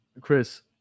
Chris